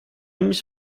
mich